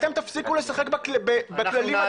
אתם תפסיקו לשחק בכללים הדמוקרטיים.